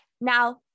Now